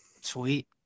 Sweet